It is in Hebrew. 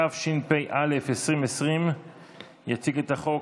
התשפ"א 2020. יציג את החוק